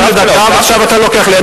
יותר מדקה, ועכשיו אתה לוקח לי.